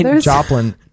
Joplin